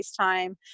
FaceTime